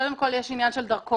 קודם כל, יש עניין של דרכון.